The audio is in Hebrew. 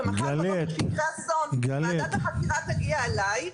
ומחר אם יקרה אסון ועדת החקירה תגיע אליי,